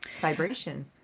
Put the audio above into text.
vibration